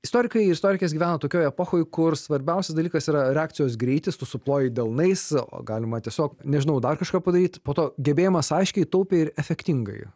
istorikai ir istorikės gyvena tokioj epochoj kur svarbiausias dalykas yra reakcijos greitis tu suploji delnais o galima tiesiog nežinau dar kažką padaryt po to gebėjimas aiškiai taupiai ir efektingai